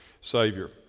savior